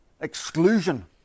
exclusion